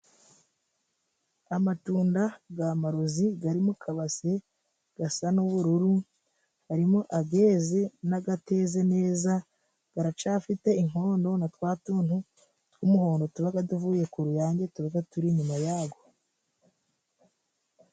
Amatunda ga marozi gari mu kabase gasa n'ubururu harimo ageze n'agateze neza garacafite inkondo na twa tuntu tw'umuhondo tubaga tuvuye ku ruyange tubaga turi inyuma yago.